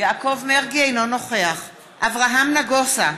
אינו נוכח אברהם נגוסה,